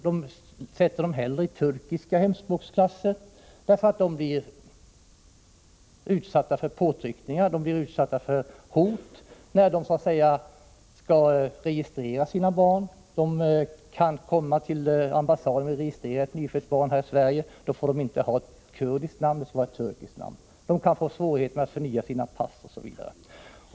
De sätter hellre barnen i turkiska hemspråksklasser därför att de blir utsatta för påtryckningar och hot när de skall registrera sina barn. När ett nyfött barn skall registreras vid ambassaden här i Sverige får det inte ha ett kurdiskt namn, utan det skall vara turkiskt. Kurderna kan också få svårigheter att förnya sina pass, osv.